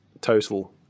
total